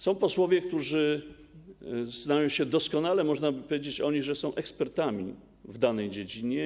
Są posłowie, którzy znają się na tym doskonale, można by powiedzieć o nich, że są ekspertami w danej dziedzinie.